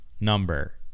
number